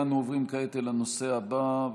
אנו עוברים כעת אל הנושא הבא,